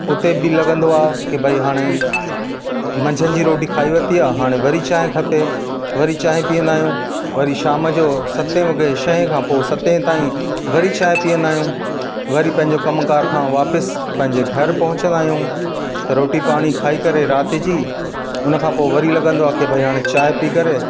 उते बि लगंदो आहे की भई हाणे मंझदि जी रोटी खाई वरिती आहे हाणे वरी चांहि खपे वरी चांहि पीअंदा आहियूं वरी शाम जो सते वॻे छऐ खां पोइ सते ताईं वरी चांहि पीअंदा आहियूं वरी पंहिंजो कमकार खां वापिसि पंहिंजे घर पहुंचंदा आहियूं रोटी पाणी खाई करे राति जी उनखां पोइ वरी लगंदो आहे की भई हाणे चांहि पी करे